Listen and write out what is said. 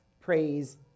praise